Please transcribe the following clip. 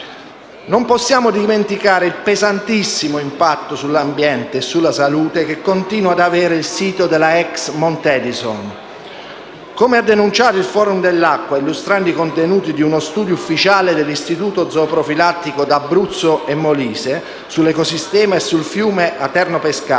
Non possiamo dimenticare il pesantissimo impatto sull'ambiente e sulla salute che continua ad avere il sito della ex Montedison. Come ha denunciato il Forum illustrando i contenuti di uno studio ufficiale dell'Istituto zooprofilattico Abruzzo e Molise sull'ecosistema del fiume Aterno-Pescara,